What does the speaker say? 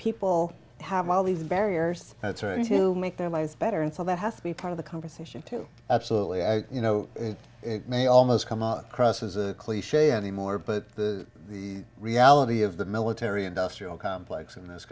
people have all these barriers that's right and to make their lives better and so that has to be part of the conversation to absolutely i you know it may almost come out across as a cliche anymore but the reality of the military industrial complex in this